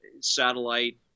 Satellite